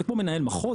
זה כמו מנהל מחוז,